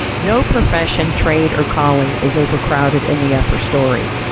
no profession, trade, or calling, is overcrowded in the upper story.